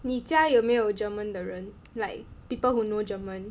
你家有没有 German 的人 like people who know German